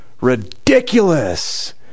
Ridiculous